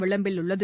விளம்பில் உள்ளது